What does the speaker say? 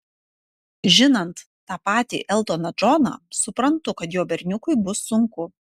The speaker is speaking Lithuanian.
žinant tą patį eltoną džoną suprantu kad jo berniukui bus sunku